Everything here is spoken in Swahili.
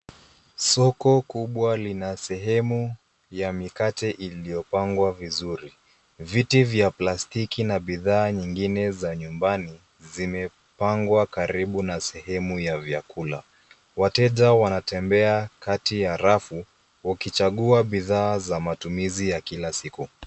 Soko kubwa lina sehemu ya mikate iliyopangwa vizuri. Viti vya plastiki, na bidhaa nyingine za nyumbani, zimepangwa karibu na sehemu ya vyakula. Wateja wanatembea kati ya rafu, wakichagua bidhaa za matumizi ya kila siku.